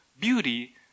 beauty